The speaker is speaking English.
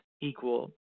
equal